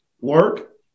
Work